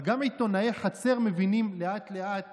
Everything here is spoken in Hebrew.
אבל גם עיתונאי חצר מבינים לאט-לאט